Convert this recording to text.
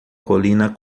colina